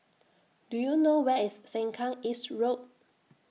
Do YOU know Where IS Sengkang East Road